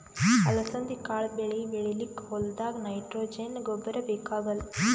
ಅಲಸಂದಿ ಕಾಳ್ ಬೆಳಿ ಬೆಳಿಲಿಕ್ಕ್ ಹೋಲ್ದಾಗ್ ನೈಟ್ರೋಜೆನ್ ಗೊಬ್ಬರ್ ಬೇಕಾಗಲ್